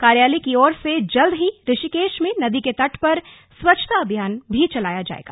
कार्यालय की ओर जल्द ही ऋषिकेश में गंगा नदी के तट पर स्वच्छता अभियान भी चलाया जाएगा